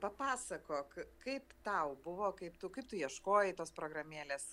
papasakok kaip tau buvo kaip tu kaip tu ieškojai tos programėlės